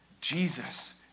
Jesus